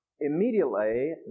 immediately